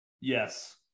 Yes